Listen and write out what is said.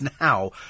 now